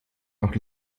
noch